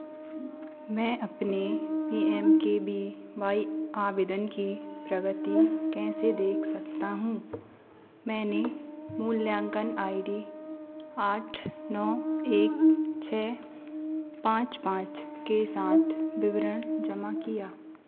मैं अपने P M K B Y आवेदन की प्रगति कैसे देख सकता हूँ मैंने मूल्यांकन आई डी आठ नौ एक छः पाँच पाँच के साथ विवरण जमा किया